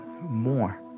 more